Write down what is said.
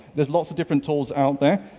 there's lots of different tools out there.